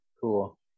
Cool